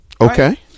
okay